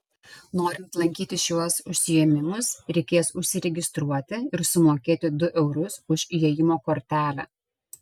norint lankyti šiuos užsiėmimus reikės užsiregistruoti ir sumokėti du eurus už įėjimo kortelę